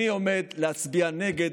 על 60% מעתודת הקרקע הפלסטינית,